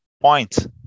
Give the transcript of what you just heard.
point